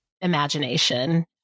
imagination